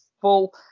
full